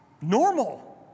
normal